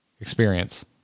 experience